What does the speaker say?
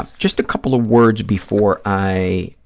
ah just a couple of words before i